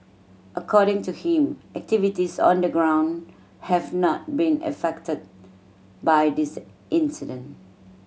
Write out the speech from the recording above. according to him activities on the ground have not been affected by this incident